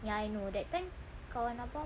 ya I know that time kawan abah cakap